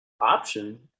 option